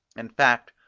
in fact,